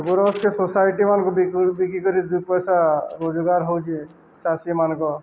ଗୋରସକେ ସୋସାଇଟିମାନଙ୍କୁ ବିକି କରି ଦୁଇ ପଇସା ରୋଜଗାର ହଉଛି ଚାଷୀମାନଙ୍କ